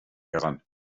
heran